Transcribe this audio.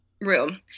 room